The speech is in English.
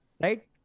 right